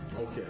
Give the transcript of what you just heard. Okay